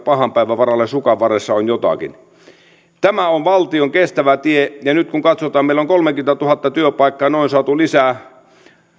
pahan päivän varalle sukanvarressa on jotakin tämä on valtion kestävä tie ja nyt kun katsomme niin meillä on noin kolmekymmentätuhatta työpaikkaa saatu lisää